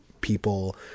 people